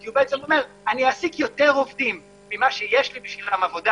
כי בעצם הוא אומר: אני אעסיק יותר עובדים ממה שיש לי בשבילם עבודה,